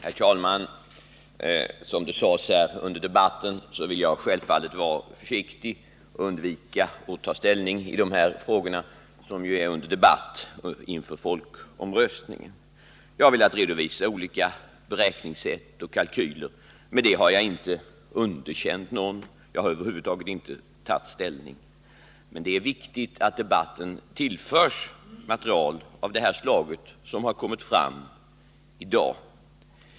Herr talman! Jag bör självfallet, vilket ju också sades i debatten, vara försiktig och försöka undvika att ta ställning i de frågor som nu debatteras före folkomröstningen. Jag har velat redovisa olika beräkningssätt och kalkyler. Därmed har jag inte underkänt någon mening och har över huvud taget inte tagit ställning. Det är emellertid viktigt att debatten tillförs material av det slag som kommit fram i dag.